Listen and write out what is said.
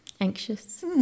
anxious